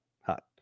hot